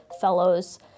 fellows